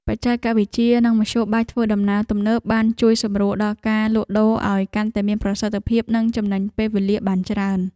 បច្ចេកវិទ្យានិងមធ្យោបាយធ្វើដំណើរទំនើបបានជួយសម្រួលដល់ការលក់ដូរឱ្យកាន់តែមានប្រសិទ្ធភាពនិងចំណេញពេលវេលាបានច្រើន។